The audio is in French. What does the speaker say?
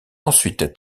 ensuite